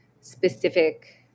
specific